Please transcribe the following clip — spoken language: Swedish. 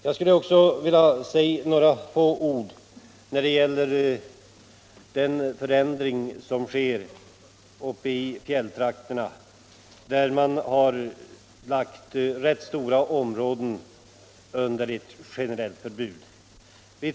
Jag vill också säga några få ord om den förändring i detta avseende som föreslås ske uppe i fjälltrakterna, innebärande att man belägger rätt stora områden med ett generellt terrängkörningsförbud.